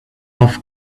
off